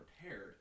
prepared